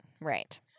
Right